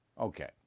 Okay